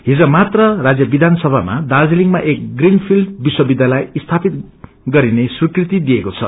हिज मात्र राज्य विधान सभामा दार्जीलिङमा एक ग्रीन फिल्ड विश्व विध्यालय स्थापित गरिने वीकृति दिएको छ